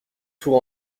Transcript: tous